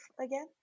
again